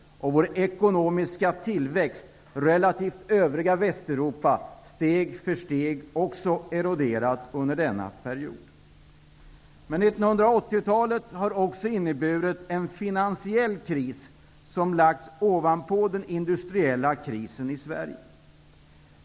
Vår ekonomiska tillväxt relativt tillväxten i övriga Västeuropa har steg för steg eroderat under denna period. 1980-talet har också inneburit en finansiell kris som lagts ovanpå den indstriella krisen i Sverige.